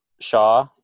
Shaw